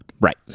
Right